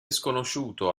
sconosciuto